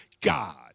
God